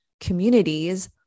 communities